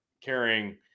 carrying